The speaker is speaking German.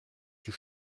die